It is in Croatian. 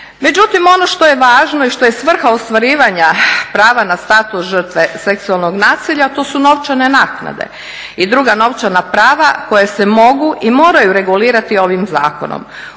Međutim, ono što je važno i što je svrha ostvarivanja prava na status žrtve seksualnog nasilja, tu su novčane naknade i druga novčana prava koja se mogu i moraju regulirati ovim zakonom.